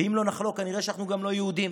ואם לא נחלוק, אנחנו כנראה גם לא יהודים,